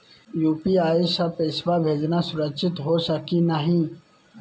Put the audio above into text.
UPI स पैसवा भेजना सुरक्षित हो की नाहीं?